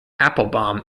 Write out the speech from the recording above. applebaum